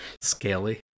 Scaly